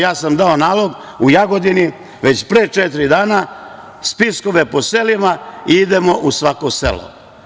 Ja sam dao nalog u Jagodini već pre četiri dana, spiskove po selima i idemo u svako selo.